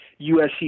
USC